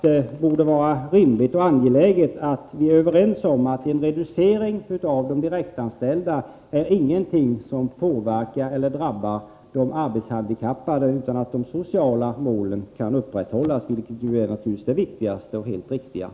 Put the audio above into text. Det borde vara rimligt och angeläget att vi är överens om att en reducering av antalet direktanställda inte är någonting som påverkar de arbetshandikappade. De sociala målen kan ändå upprätthållas, vilket naturligtvis är det viktigaste.